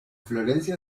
florencia